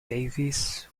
davies